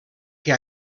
que